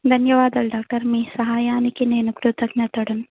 ధన్యవాదాలు డాక్టర్ మీ సహాయానికి నేను కృతజ్ఞతను